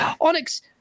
onyx